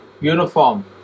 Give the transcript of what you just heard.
Uniform